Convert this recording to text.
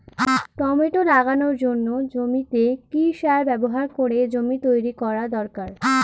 Tomato লাগানোর জন্য জমিতে কি সার ব্যবহার করে জমি তৈরি করা দরকার?